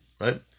right